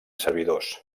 servidors